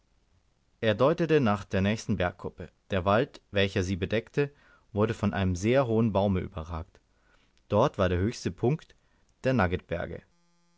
er deutete nach der nächsten bergkuppe der wald welcher sie bedeckte wurde von einem sehr hohen baume überragt dort war der höchste punkt der